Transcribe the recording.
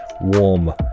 warm